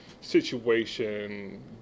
situation